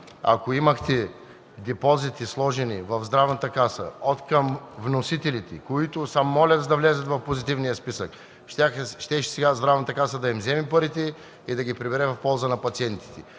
Ако имахте депозити, сложени в Здравата каса от вносителите, които се молят да влязат в Позитивния списък, сега Здравната каса щеше да им вземе парите и да ги прибере в полза на пациентите.